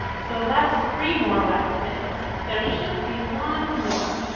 so that's three more wacky things, there should be one more.